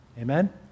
Amen